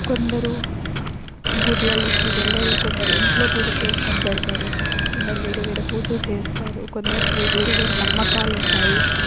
కొందరు గుళ్ళలోకి వెళ్ళరు కొందరు ఇంట్లో గుడి చేసుకొని పెడతారు కొందరు వేరే వేరే పూజలు చేస్తారు కొందరు వేరే వేరే నమ్మకాలుంటాయి